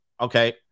Okay